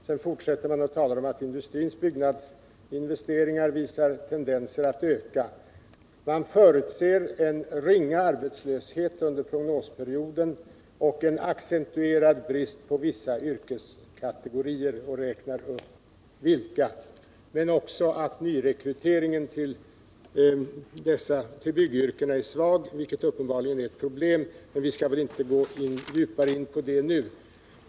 Man fortsätter med att tala om att industrins bygginvesteringar visar tendenser att öka. Man förutser en ringa arbetslöshet under prognosperioden och en accentuerad brist på vissa yrkeskategorier, och man räknar upp vilka de är, men man säger också att nyrekryteringen till byggyrkena är svag, vilket uppenbarligen är ett problem. Men vi skall inte gå djupare in på det nu.